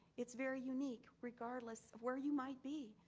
it's very unique regardless of where you might be.